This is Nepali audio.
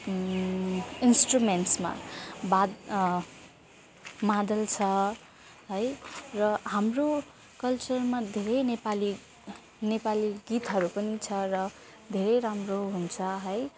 इन्स्ट्रुमेन्ट्समा बाद मादल छ है र हाम्रो कल्चरमा धेरै नेपाली नेपाली गीतहरू पनि छ र धेरै राम्रो हुन्छ है